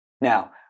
Now